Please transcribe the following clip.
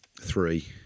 Three